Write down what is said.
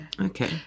Okay